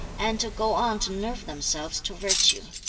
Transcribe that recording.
and to go on to nerve themselves to virtue.